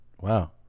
wow